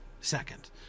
second